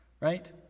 right